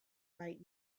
right